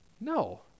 No